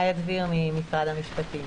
איה דביר, משרד המשפטים.